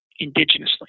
indigenously